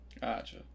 gotcha